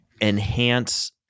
enhance